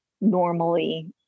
normally